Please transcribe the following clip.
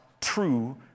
true